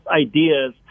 ideas